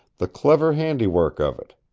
the clever handiwork of it.